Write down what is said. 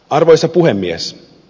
arvoisa puhemies